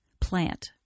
plant